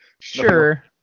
sure